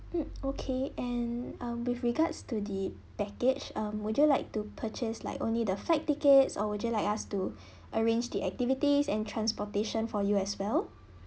mm okay and uh with regards to the package um would you like to purchase like only the flight tickets or would you like us to arrange the activities and transportation for you as well